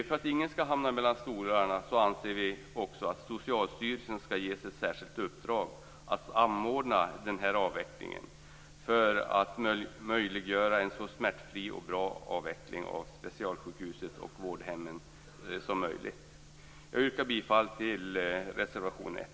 För att ingen skall hamna mellan stolarna anser vi också att Socialstyrelsen skall ges ett särskilt uppdrag att anordna den här avvecklingen för att möjliggöra en så smärtfri och bra avveckling av specialsjukhus och vårdhem som möjligt. Jag yrkar bifall till reservation 1.